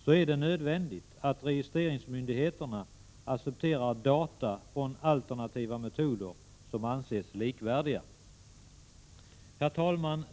skall följas är det nödvändigt att registreringsmyndigheterna accepterar data från alternativa metoder som anses likvärdiga. Herr talman!